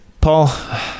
Paul